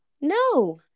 No